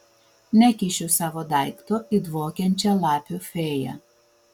nekišiu savo daikto į dvokiančią lapių fėją